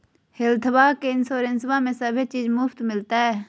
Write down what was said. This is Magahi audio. हेल्थबा के इंसोरेंसबा में सभे चीज मुफ्त मिलते?